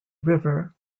river